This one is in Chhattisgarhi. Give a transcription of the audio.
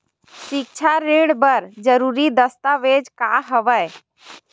सिक्छा ऋण बर जरूरी दस्तावेज का हवय?